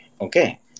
Okay